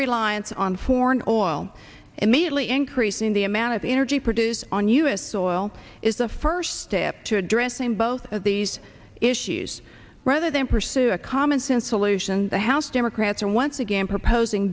reliance on foreign oil immediately increasing the amount of energy produced on u s soil is the first step to addressing both of these issues rather than pursue a common sense solutions the house democrats and once again proposing